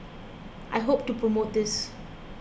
I hope to promote this